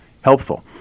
helpful